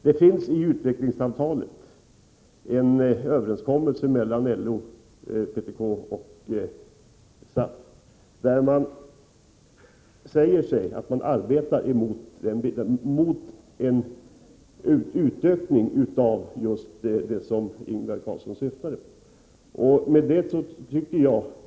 Det finns i utvecklingsavtalet en överenskommelse mellan LO, PTK och SAF, där man säger att man arbetar mot en ökning av just det som Ingvar Karlsson syftade på.